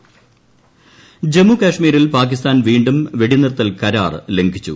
് ജമ്മുകശ്മീരിൽ പാകിസ്ഥാൻ വീണ്ടും വെടിനിർത്തൽ കരാർ ലംഘിച്ചു